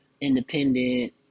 independent